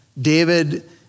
David